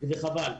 זה חבל.